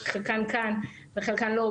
שחלקן כאן וחלקן לא,